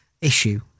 issue